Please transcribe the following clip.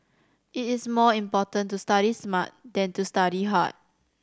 it is more important to study smart than to study hard